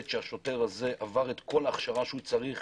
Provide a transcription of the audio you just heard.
שהשוטר הזה עבר את כל ההכשרה שהוא צריך